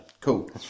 Cool